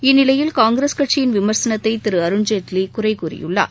இந்நிலையில் காங்கிரஸ் கட்சியின் விமர்சனத்தை திரு அருண்ஜெட்லி குறைகூறியுள்ளார்